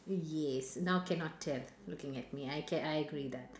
yes now cannot tell looking at me I ca~ I agree that